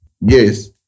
Yes